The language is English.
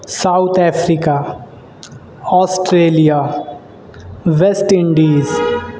South Africa Australia West Indies